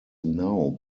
now